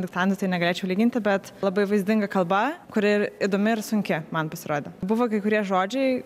diktantas tai negalėčiau lyginti bet labai vaizdinga kalba kuri ir įdomi ir sunki man pasirodė buvo kai kurie žodžiai